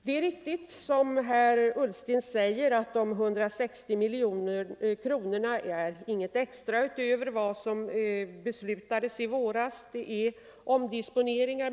Det är riktigt som herr Ullsten säger att de 160 miljoner kronorna inte är något extra utöver vad som beslutades i våras; det är omdisponeringar.